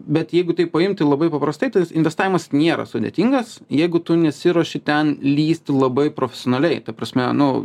bet jeigu taip paimti labai paprastai tas investavimas nėra sudėtingas jeigu tu nesiruoši ten lįsti labai profesionaliai ta prasme nu